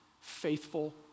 faithful